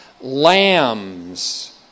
Lambs